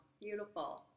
beautiful